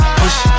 push